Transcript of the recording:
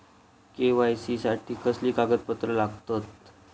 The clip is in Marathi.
के.वाय.सी साठी कसली कागदपत्र लागतत?